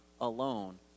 alone